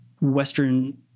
Western